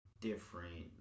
different